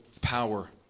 power